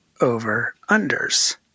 over-unders